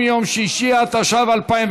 העבודה והרווחה.